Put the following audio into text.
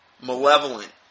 malevolent